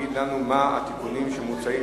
ותעבור לוועדת העבודה, הרווחה והבריאות